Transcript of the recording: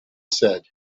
said